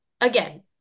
again